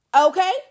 Okay